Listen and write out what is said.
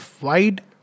wide